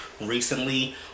recently